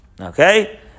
Okay